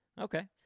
Okay